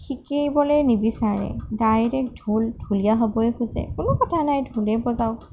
শিকিবলৈ নিবিচাৰে ডাইৰেক্ট ঢোল ঢুলীয়া হ'বই খোজে একো কথা নাই ঢোলে বজাওঁক